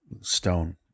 stone